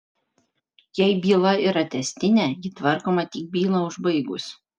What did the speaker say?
jei byla yra tęstinė ji tvarkoma tik bylą užbaigus